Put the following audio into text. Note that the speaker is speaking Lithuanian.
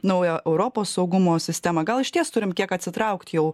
naujo europos saugumo sistemą gal išties turim kiek atsitraukti jau